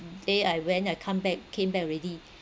day I went I come back came back already